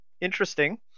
Interesting